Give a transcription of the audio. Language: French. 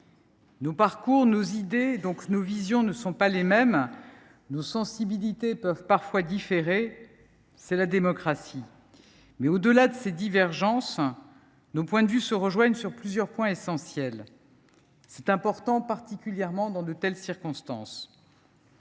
Nos parcours, nos idées et nos visions ne sont pas les mêmes, nos sensibilités peuvent parfois différer, c’est la démocratie. Cependant, au delà de ces divergences, nos points de vue convergent sur plusieurs points essentiels, ce qui revêt une importance particulière dans de telles circonstances.